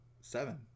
Seven